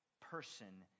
person